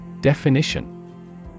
Definition